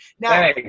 Now